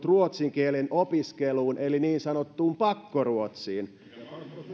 ruotsin kielen opiskeluun eli niin sanottuun pakkoruotsiin